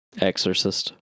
Exorcist